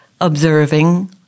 observing